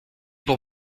pour